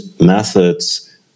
methods